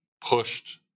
pushed